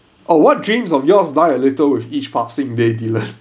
oh what dreams of yours die a little with each passing day dylan